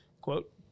Quote